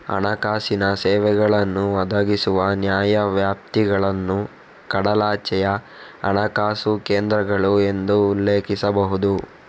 ಹಣಕಾಸಿನ ಸೇವೆಗಳನ್ನು ಒದಗಿಸುವ ನ್ಯಾಯವ್ಯಾಪ್ತಿಗಳನ್ನು ಕಡಲಾಚೆಯ ಹಣಕಾಸು ಕೇಂದ್ರಗಳು ಎಂದು ಉಲ್ಲೇಖಿಸಬಹುದು